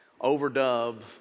Overdub